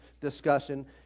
discussion